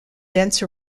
dense